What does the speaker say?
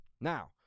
now